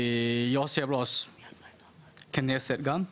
יושב ראש כנסת גם.